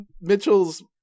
Mitchell's